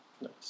Nice